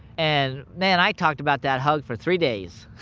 and man, i talked about that hug for three days.